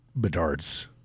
Bedard's